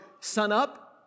sunup